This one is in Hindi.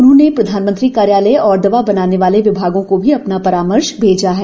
उन्होंने प्रधानमंत्री कार्यालय और दवा बनाने वाले विभागों को भी अपना परामर्श भेजा है